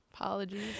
Apologies